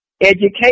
education